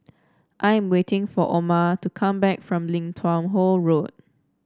I am waiting for Oma to come back from Lim Tua Tow Road